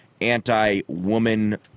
anti-woman